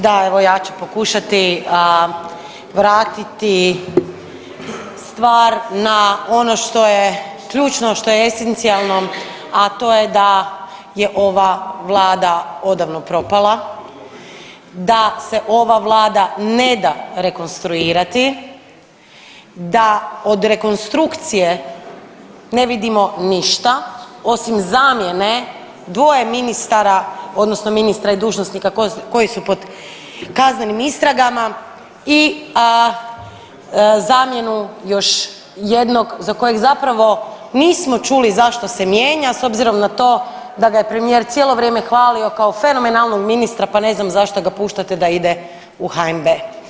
Da, evo ja ću pokušati vratiti stvar na ono što je ključno, što je esencijalno, a to je da je ova Vlada odavno propala, da se ova Vlada ne da rekonstruirati, da od rekonstrukcije ne vidimo ništa osim zamjene dvoje ministara, odnosno ministra i dužnosnika koji su pod kaznenim istragama, i zamjenu još jednog za kojeg zapravo nismo čuli zašto se mijenja s obzirom na to da ga je premijer cijelo vrijeme hvalio kao fenomenalnog ministra pa ne znam zašto ga puštate da ide u HNB.